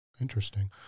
Interesting